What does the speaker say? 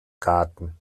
raten